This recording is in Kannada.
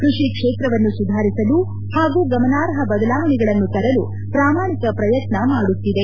ಕೈಷಿ ಕ್ಷೇತ್ರವನ್ನು ಸುಧಾರಿಸಲು ಹಾಗೂ ಗಮನಾರ್ಹ ಬದಲಾವಣೆಗಳನ್ನು ತರಲು ಪ್ರಾಮಾಣಿಕ ಪ್ರಯತ್ನ ಮಾಡುತ್ತಿದೆ